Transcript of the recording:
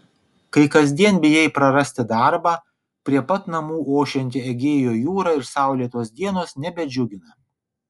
kai kasdien bijai prarasti darbą prie pat namų ošianti egėjo jūra ir saulėtos dienos nebedžiugina